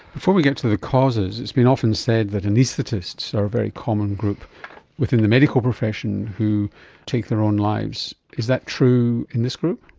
before we get to the causes, it's been often said that anaesthetists are a very common group within the medical profession who take their own lives. is that true in this group?